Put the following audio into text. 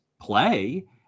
play